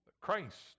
Christ